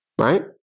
Right